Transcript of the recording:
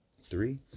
three